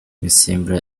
imisemburo